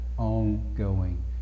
ongoing